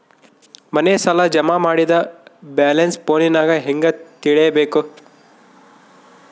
ಮನೆ ಸಾಲ ಜಮಾ ಮಾಡಿದ ಬ್ಯಾಲೆನ್ಸ್ ಫೋನಿನಾಗ ಹೆಂಗ ತಿಳೇಬೇಕು?